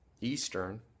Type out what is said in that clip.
Eastern